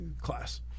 class